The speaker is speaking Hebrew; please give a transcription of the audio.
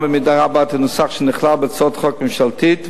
במידה רבה את הנוסח שנכלל בהצעת החוק הממשלתית,